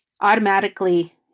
automatically